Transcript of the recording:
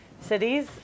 Cities